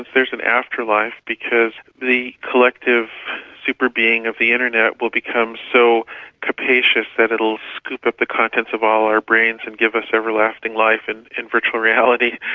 there's an afterlife because the collective super-being of the internet will become so capacious that it'll scoop up the contents of all our brains and give us everlasting life and in virtual reality,